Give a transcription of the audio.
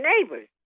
neighbors